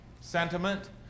sentiment